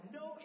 no